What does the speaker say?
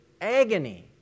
agony